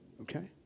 Okay